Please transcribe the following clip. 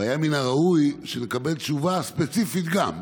ומן הראוי היה שנקבל תשובה ספציפית גם.